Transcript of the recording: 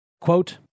Quote